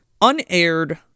unaired